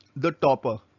the topper